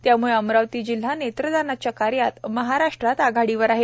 त्यामुळे अमरावती जिल्हा नेत्रदानाच्या कार्यात महाराष्ट्रात आघाडीवर आहे